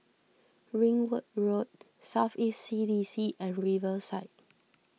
Ringwood Road South East C D C and Riverside